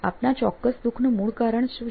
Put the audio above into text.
આપના ચોક્કસ દુખનું મૂળ કારણ છે